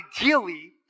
ideally